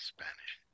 Spanish